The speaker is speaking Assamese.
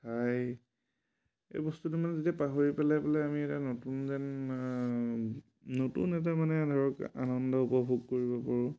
ঠাই এই বস্তুটো মানে যেতিয়া পাহৰি পেলাই পেলাই আমি এটা নতুন যেন নতুন এটা মানে ধৰক আনন্দ উপভোগ কৰিব পাৰোঁ